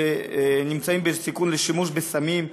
נמצאים בסיכון לשימוש בסמים,